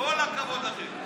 כל הכבוד לכם.